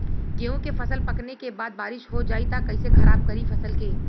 गेहूँ के फसल पकने के बाद बारिश हो जाई त कइसे खराब करी फसल के?